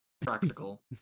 practical